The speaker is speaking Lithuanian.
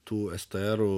tų strų